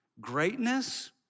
Greatness